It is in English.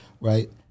right